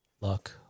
luck